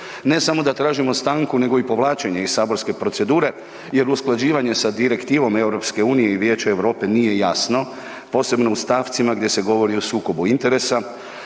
ne samo da tražimo stanku nego i povlačenje iz saborske procedure jer usklađivanjem sa direktivom EU i Vijećem Europe nije jasno posebno u stavcima gdje se govori o sukobu interesa,